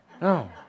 No